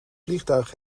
vliegtuig